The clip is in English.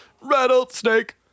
Rattlesnake